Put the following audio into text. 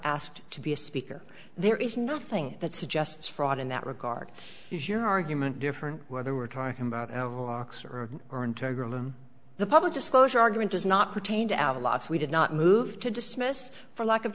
asked to be a speaker there is nothing that suggests fraud in that regard is your argument different whether we're talking about or interim the public disclosure argument does not pertain to avelox we did not move to dismiss for lack of